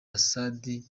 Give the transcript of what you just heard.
assad